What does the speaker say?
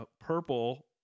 Purple